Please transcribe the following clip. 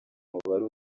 umubare